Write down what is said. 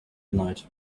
tonight